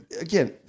Again